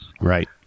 Right